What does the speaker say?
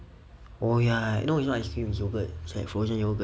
oh ya no it's not ice cream it's yoghurt it's like frozen yoghurt